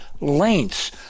lengths